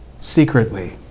secretly